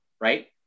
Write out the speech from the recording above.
right